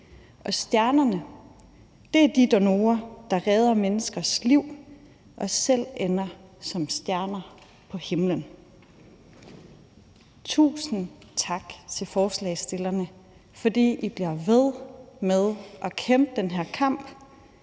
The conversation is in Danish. og stjernerne er de donorer, der redder menneskers liv og selv ender som stjerner på himlen. Tusind tak til forslagsstillerne, fordi I bliver ved med at kæmpe den her kamp.